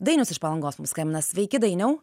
dainius iš palangos mums skambina sveiki dainiau